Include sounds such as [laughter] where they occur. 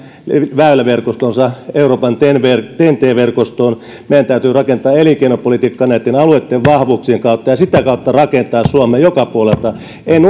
väyläverkostonsa euroopan ten t verkostoon meidän täytyy rakentaa elinkeinopolitiikkaa näitten alueitten vahvuuksien kautta ja sitä kautta rakentaa suomea joka puolelta en [unintelligible]